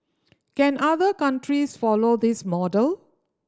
can other countries follow this model